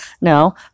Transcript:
no